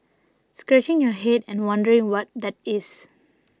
scratching your head and wondering what that is